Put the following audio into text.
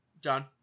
John